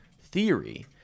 theory